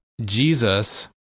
Jesus